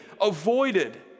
avoided